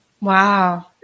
Wow